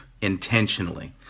intentionally